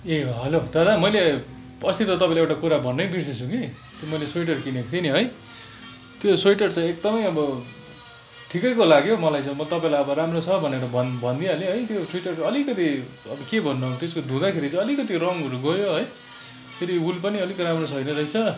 ए hello दादा मैले अस्ति त तपाईँलाई एउटा कुरा भन्नै बिर्सेँछु कि त्यो मैले स्विटर किनेको थिएँ नि है त्यो स्वेटर चाहिँ एकदमै अब ठिकैको लाग्यो मलाई म तपाईँलाई अब राम्रो छ भनेर भन भनदिइहालेँ है त्यो स्विटरको अलिकति अब के भन्नु अब त्यसको धुँदाखेरि चाहिँ अलिकति रङहरू गयो है फेरि वुल पनि राम्रो छैन रहेछ